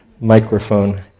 microphone